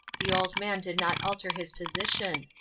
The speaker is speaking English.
the old man did not alter his position.